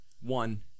One